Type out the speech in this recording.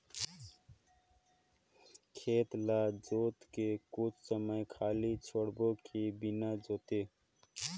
खेत ल जोत के कुछ समय खाली छोड़बो कि बिना जोते?